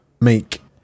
make